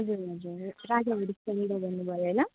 हजुर हजुर राजा हरिशचन्द्र भन्नु भयो होइन